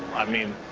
i mean.